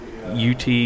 UT